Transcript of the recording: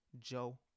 Joe